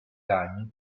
ragni